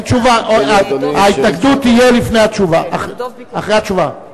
ההתנגדות תהיה אחרי התשובה.